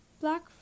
black